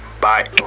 Bye